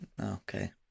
Okay